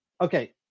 Okay